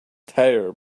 tire